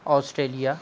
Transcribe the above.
Australia